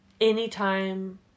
Anytime